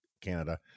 Canada